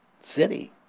city